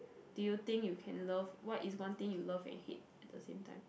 do you think you can love what is one thing you love and hate at the same time